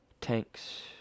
tanks